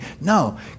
No